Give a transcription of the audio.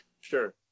Sure